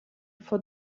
for